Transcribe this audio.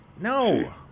No